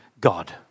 God